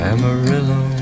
Amarillo